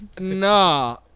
Nah